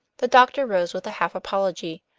the doctor rose with a half apology.